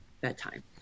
bedtime